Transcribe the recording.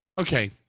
okay